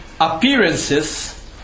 Appearances